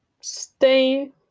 Stay